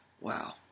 Wow